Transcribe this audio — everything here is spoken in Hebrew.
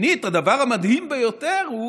שנית, הדבר המדהים ביותר הוא